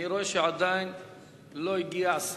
אני רואה שהשר עדיין לא הגיע.